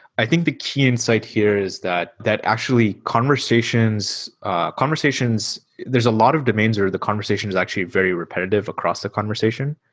i think the key insight here is that, that actually, conversations conversations there's a lot of domains or the conversation is actually very repetitive across the conversation.